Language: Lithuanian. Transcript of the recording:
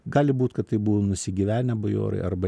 gali būt kad tai buvo nusigyvenę bajorai arba